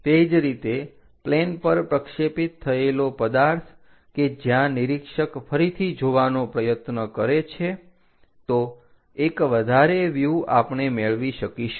તે જ રીતે પ્લેન પર પ્રક્ષેપિત થયેલો પદાર્થ કે જ્યાં નિરીક્ષક ફરીથી જોવાનો પ્રયત્ન કરે છે તો એક વધારે વ્યુહ આપણે મેળવી શકીશું